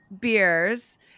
beers